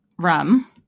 rum